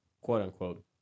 quote-unquote